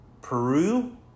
Peru